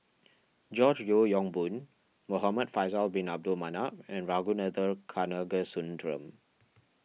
George Yeo Yong Boon Muhamad Faisal Bin Abdul Manap and Ragunathar Kanagasuntheram